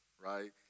right